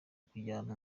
kujyana